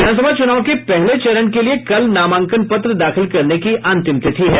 विधानसभा चूनाव के पहले चरण के लिए कल नामांकन पत्र दाखिल करने की अंतिम तिथि है